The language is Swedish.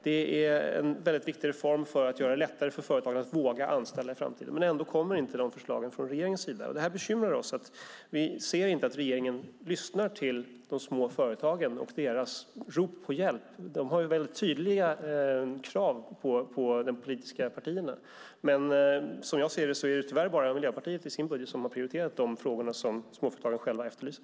Det är en mycket viktig reform för att göra det lättare för företagen att våga anställa i framtiden. Men ändå kommer inte dessa förslag från regeringen. Det bekymrar oss. Vi ser inte att regeringen lyssnar på de små företagen och deras rop på hjälp. De har mycket tydliga krav på de politiska partierna. Men som jag ser det är det tyvärr bara Miljöpartiet som i sin budget har prioriterat de frågor som småföretagarna själva efterlyser.